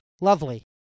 Lovely